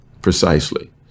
Precisely